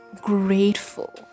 grateful